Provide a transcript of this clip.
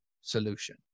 solution